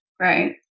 Right